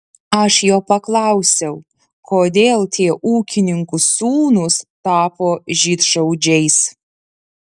aš jo paklausiau kodėl tie ūkininkų sūnūs tapo žydšaudžiais